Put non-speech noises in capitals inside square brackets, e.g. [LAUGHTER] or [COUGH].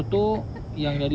[LAUGHS]